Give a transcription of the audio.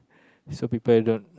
so people I don't